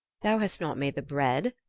thou hast not made the bread?